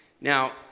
Now